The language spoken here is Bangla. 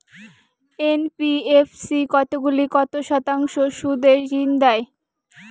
এন.বি.এফ.সি কতগুলি কত শতাংশ সুদে ঋন দেয়?